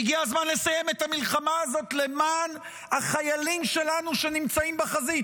והגיע הזמן לסיים את המלחמה הזאת למען החיילים שלנו שנמצאים בחזית,